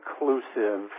inclusive